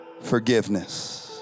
forgiveness